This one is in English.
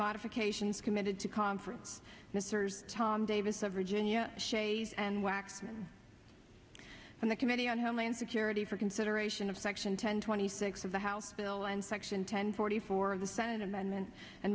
modifications committed to conference mr tom davis of virginia shays and waxman on the committee on homeland security for consideration of section ten twenty six of the house bill and section ten forty four the senate amendment and